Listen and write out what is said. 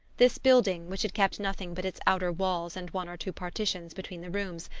this building, which had kept nothing but its outer walls and one or two partitions between the rooms,